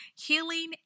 Healing